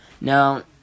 Now